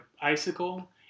icicle